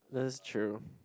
that's true